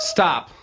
Stop